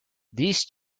these